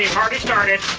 hardly started.